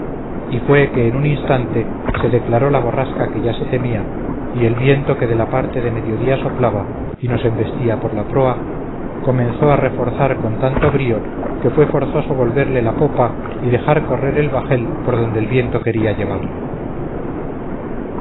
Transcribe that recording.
y fue que en un instante se declaró la borrasca que ya se temía y el viento que de la parte de mediodía soplaba y nos embestía por la proa comenzó a reforzar con tanto brío que fue forzoso volverle la popa y dejar correr el bajel por donde el viento quería llevarle